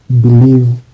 believe